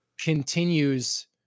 continues